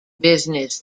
business